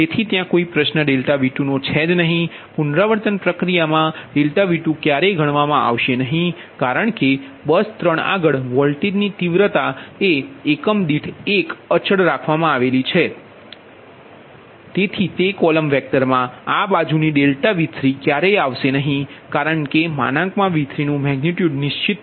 તેથી ત્યાં કોઈ પ્રશ્ન ΔV2છે નહી પુનરાવર્તન પ્રક્રિયા ΔV2 ક્યારેય ગણવામા આવશે નહી કારણ કે બસ 3 આગળ વોલ્ટેજની તીવ્રતા તે એકમ દીઠ 1 અચલ છે તેથી તે કોલમ વેક્ટરમાં આ બાજુની ∆V3ક્યારેય આવશે નહીં કારણ કે V3નુ મેગનિટયુડ નિશ્ચિત છે